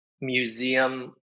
museum